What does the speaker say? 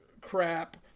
crap